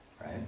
right